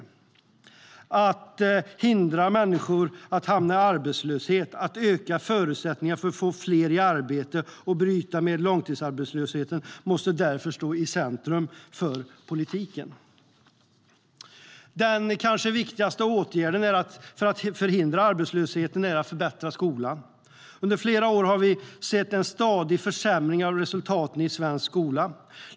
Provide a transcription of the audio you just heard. STYLEREF Kantrubrik \* MERGEFORMAT Utgiftsramar och beräkning av stats-inkomsternaDen kanske viktigaste åtgärden för att förhindra arbetslöshet är att förbättra skolan. Under flera år har vi sett en stadig försämring av resultaten i den svenska skolan.